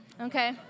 Okay